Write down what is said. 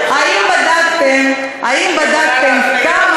האם בדקתם,